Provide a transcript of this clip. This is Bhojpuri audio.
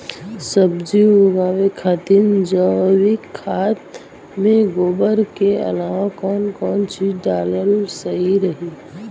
सब्जी उगावे खातिर जैविक खाद मे गोबर के अलाव कौन कौन चीज़ डालल सही रही?